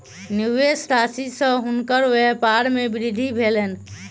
निवेश राशि सॅ हुनकर व्यपार मे वृद्धि भेलैन